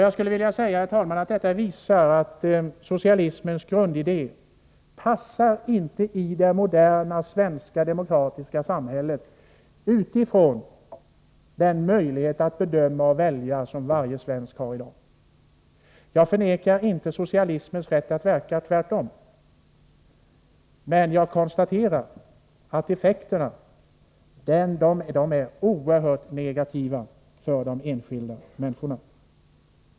Jag skulle också vilja säga att det visar att socialismens grundidé inte passar i det moderna svenska demokratiska samhället, utifrån den möjlighet att bedöma och välja som varje svensk har i dag. Jag förnekar inte socialismens rätt att verka — tvärtom — men jag konstaterar att effekterna är oerhört negativa för de enskilda människorna.